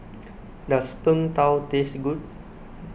does Png Tao taste good